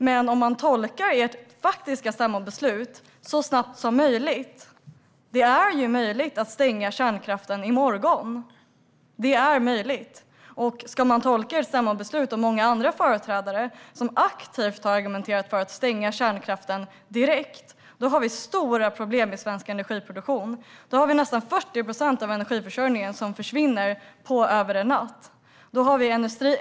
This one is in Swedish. Men om vi ska tolka ert stämmobeslut som att så snabbt som möjligt avveckla kärnkraften måste jag säga att det är möjligt att stänga kärnkraften i morgon. Låt oss tolka ert stämmobeslut och vad många andra företrädare har sagt. De har aktivt argumenterat för att stänga kärnkraften direkt. Då blir det stora problem med svensk energiproduktion. Då försvinner nästan 40 procent av energiförsörjningen över en natt.